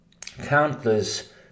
countless